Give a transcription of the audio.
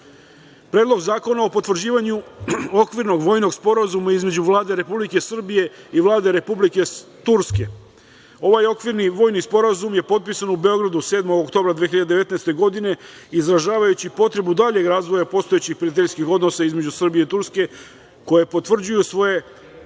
zakona o potvrđivanju Okvirnog vojnog sporazuma između Vlade Republike Srbije i Vlade Republike Turske, ovaj Okvirni vojni sporazum je potpisan u Beogradu 7. oktobra 2019. godine izražavajući potrebu daljeg razvoja postojećih prijateljskih odnosa između Srbije i Turske koji potvrđuju svoju